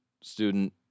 student